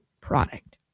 product